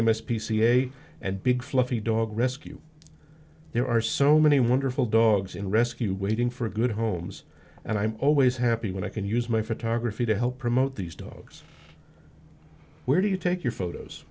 pca and big fluffy dog rescue there are so many wonderful dogs in rescue waiting for good homes and i'm always happy when i can use my photography to help promote these dogs where do you take your photos